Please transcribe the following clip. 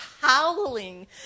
howling